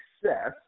success